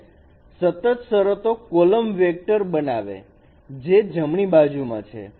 અને સતત શરતો કોલમ વેક્ટર બનાવે છે જે જમણી બાજુમાં છે